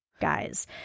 guys